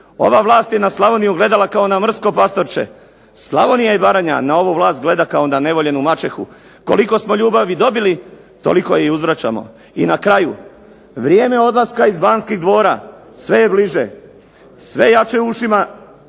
Ova vlast je na Slavoniju gledala kao na mrsko pastorče. Slavonija i Baranja na ovu vlast gleda kao na nevoljenu maćehu. Koliko smo ljubavi dobili toliko i uzvraćamo. I na kraju. Vrijeme odlaska iz Banskih dvora sve je bliže, sve jače u ušima